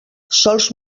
sols